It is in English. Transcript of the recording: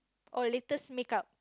or latest makeup